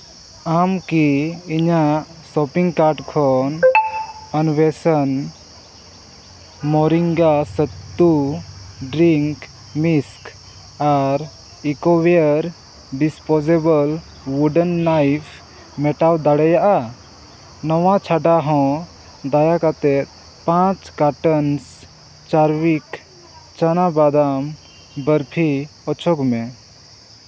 ᱟᱢ ᱠᱤ ᱤᱧᱟᱹᱜ ᱥᱚᱯᱤᱝ ᱠᱟᱨᱰ ᱠᱷᱚᱱ ᱟᱱᱵᱮᱥᱚᱱ ᱢᱚᱨᱤᱝᱜᱟ ᱥᱟᱛᱛᱩ ᱰᱨᱤᱝᱠ ᱢᱤᱥᱠ ᱟᱨ ᱤᱠᱳ ᱵᱤᱭᱟᱨ ᱰᱤᱥᱯᱚᱥᱤᱵᱚᱞ ᱩᱰᱮᱱ ᱱᱟᱭᱤᱯᱷ ᱢᱮᱴᱟᱣ ᱫᱟᱲᱮᱭᱟᱜᱼᱟ ᱱᱚᱣᱟ ᱪᱷᱟᱰᱟ ᱦᱚᱸ ᱫᱟᱭᱟ ᱠᱟᱛᱮᱫ ᱯᱟᱸᱪ ᱠᱟᱴᱮᱱᱥ ᱪᱟᱨᱵᱤᱠ ᱪᱚᱱᱟ ᱵᱟᱫᱟᱢ ᱵᱚᱨᱯᱷᱤ ᱚᱪᱚᱠᱜᱽ ᱢᱮ